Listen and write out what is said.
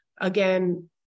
again